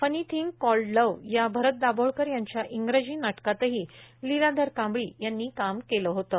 funny thing called love या भरत दाभोळकर यांच्या इंग्रजी नाटकातही लीलाधर कांबळी यांनी काम केलं होतं